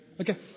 Okay